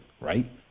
right